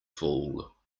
fool